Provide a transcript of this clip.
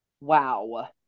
wow